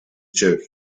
church